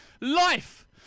Life